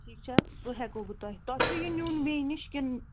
ٹھیٖک چھا سُہ ہٮ۪کو بہٕ تۄہہِ تۄہہِ چھُ یہِ نِیُن میٚے نِش کِنہٕ